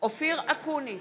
אופיר אקוניס,